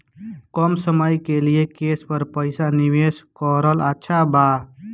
कम समय के लिए केस पर पईसा निवेश करल अच्छा बा?